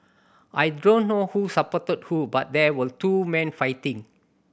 I don't know who supported who but there were two men fighting